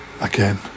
again